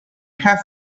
have